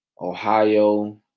Ohio